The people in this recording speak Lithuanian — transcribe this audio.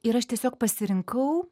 ir aš tiesiog pasirinkau